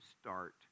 start